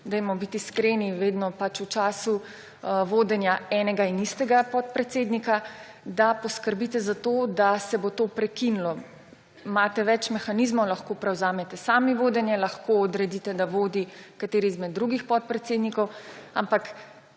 dajmo biti iskreni, vodenja enega in istega podpredsednika, poskrbite za to, da se bo to prekinilo. Imate več mehanizmov, lahko prevzamete sami vodenje, lahko odredite, da vodi kateri izmed drugih podpredsednikov. Ampak